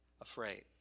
afraid